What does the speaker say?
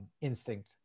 instinct